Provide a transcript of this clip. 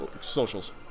socials